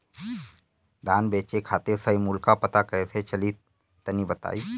धान बेचे खातिर सही मूल्य का पता कैसे चली तनी बताई?